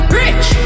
rich